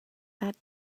that